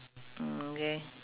mm okay